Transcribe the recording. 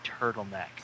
turtleneck